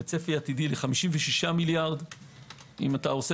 צפי עתידי ל-56 מיליארד אם אתה עושה